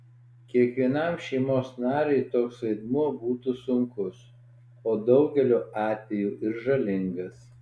kiekvienam šeimos nariui toks vaidmuo būtų sunkus o daugeliu atvejų ir žalingas